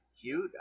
cute